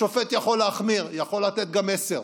השופט יכול להחמיר, יכול לתת גם עשר.